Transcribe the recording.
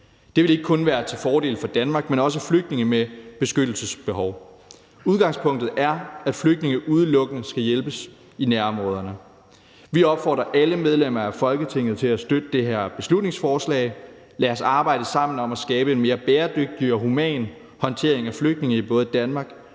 Det vil ikke kun være til fordel for Danmark, men også for flygtninge med beskyttelsesbehov. Udgangspunktet er, at flygtninge udelukkende skal hjælpes i nærområderne. Vi opfordrer alle medlemmer af Folketinget til at støtte det her beslutningsforslag. Lad os arbejde sammen om at skabe en mere bæredygtig og human håndtering af flygtninge i både Danmark,